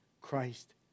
Christ